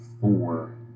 four